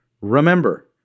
Remember